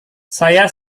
saya